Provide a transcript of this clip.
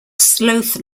sloth